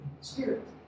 Spirit